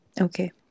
Okay